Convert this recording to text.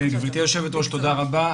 גברתי היושבת-ראש, תודה רבה.